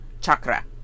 chakra